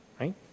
right